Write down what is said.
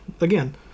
again